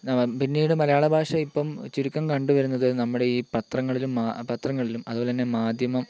പിന്നീട് മലയാള ഭാഷ ഇപ്പം ചുരുക്കം കണ്ട് വരുന്നത് നമ്മുടെ ഈ പത്രങ്ങളിലും മ പത്രങ്ങളിലും അതുപോലെ തന്നെ മാധ്യമം